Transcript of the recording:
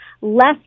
less